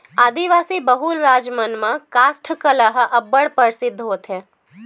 आदिवासी बहुल राज मन म कास्ठ कला ह अब्बड़ परसिद्ध होथे